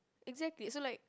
exactly so like